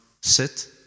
sit